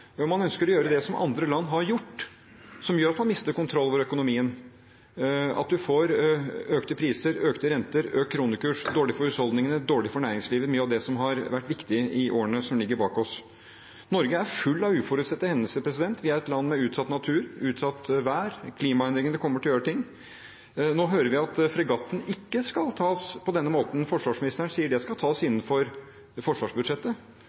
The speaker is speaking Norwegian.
Man ønsker å gjøre det som andre land har gjort, som gjør at man mister kontroll over økonomien, og at man får økte priser, økte renter, økt kronekurs, noe som er dårlig for husholdningene og næringslivet – mye av det som har vært viktig i årene som ligger bak oss. Norge er fullt av uforutsette hendelser. Vi er et land med en utsatt natur, utsatt vær, klimaendringene kommer til å gjøre ting. Nå hører vi at kostnadene ved fregatten KNM «Helge Ingstad» ikke skal tas på denne måten. Forsvarsministeren sier at det skal tas innenfor forsvarsbudsjettet.